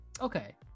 okay